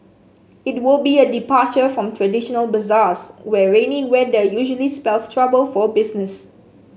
it will be a departure from traditional bazaars where rainy weather usually spells trouble for business